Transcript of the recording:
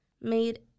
made